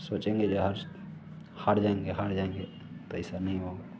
सोचेंगे जो हर्ष हार जाएँगे हार जाएँगे तो ऐसा नहीं होगा